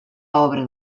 obra